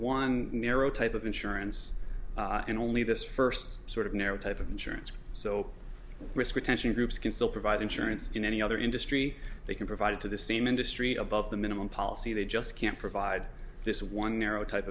one narrow type of insurance and only this first sort of narrow type of insurance so risk retention groups can still provide insurance in any other industry they can provide to the same industry above the minimum policy they just can't provide this one narrow type